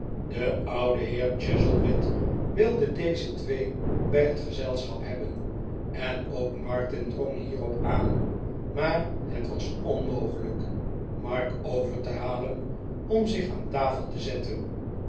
de oude heer chuzzlewit wilde deze twee bij het gezelschap hebben en ook martin drong hier op aan maar het was onmogelijk mark over te halen om zich aan tafel te zetten